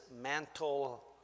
mantle